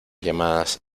llamadas